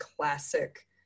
classic